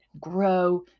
grow